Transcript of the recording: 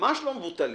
ממש לא מבוטלים.